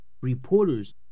reporters